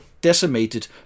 decimated